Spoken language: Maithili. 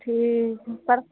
ठीक हइ पर